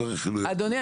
אדוני,